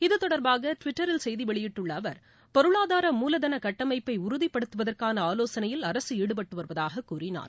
இத்தொடர்பாக ட்விட்டரில் செய்தி வெளியிட்டுள்ள அவர் பொருளாதார மூலதன கட்டமைப்பை உறுதிப்படுத்துவதற்கான ஆலோசனையில் அரசு ஈடுபட்டு வருவதாக கூறினார்